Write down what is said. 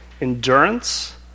endurance